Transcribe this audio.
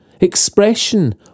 Expression